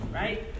right